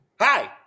Hi